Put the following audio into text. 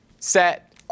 Set